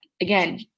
again